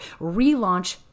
relaunch